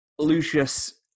Lucius